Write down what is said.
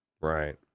right